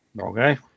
Okay